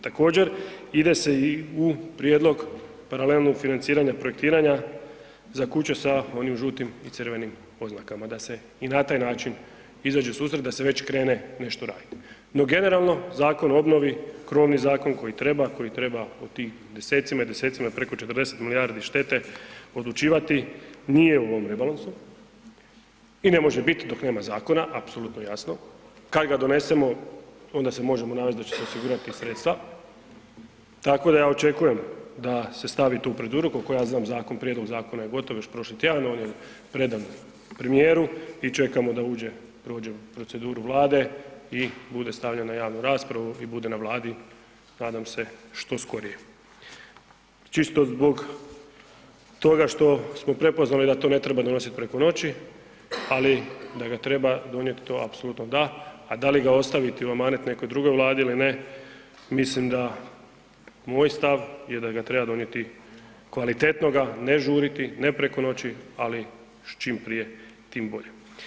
Također, ide se i u prijedlog paralelnog financiranja projektiranja za kuće sa onim žutim i crvenim oznakama, da se i na taj način izađe u susret, da se već krene nešto raditi no generalno Zakon o obnovi, krovni zakon koji treba, koji treba od desecima i desecima, preko 40 milijardi štete odlučivati, nije u ovom rebalansu i ne može biti dok nema zakona, apsolutno je jasno, kada ga donesemo, onda se možemo nadati da će se osigurati sredstva, tako da ja očekujem da se stavi tu proceduru, koliko ja znam zakon, prijedlog zakona je gotovo još prošli tjedan, on je predan premijeru i čekamo da uđe, prođe u proceduru Vlade i bude stavljen na javnu raspravu i bude na Vladi nadam se što skorije čisto zbog toga što smo prepoznali da to ne treba donositi preko noći, ali da ga treba donijeto, to apsolutno da, a da li ga ostaviti i manut nekoj drugoj Vladi ili ne, mislim da moj je stav da ga treba donijeti kvalitetnoga, ne žuriti, ne preko noći, ali čim prije, tim bolje.